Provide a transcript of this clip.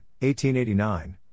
1889